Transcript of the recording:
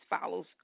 follows